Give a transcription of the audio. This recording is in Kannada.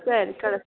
ಸರಿ ಕಳಿಸ್ತೀನಿ